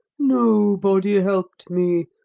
nobody helped me.